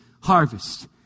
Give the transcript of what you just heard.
harvest